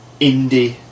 indie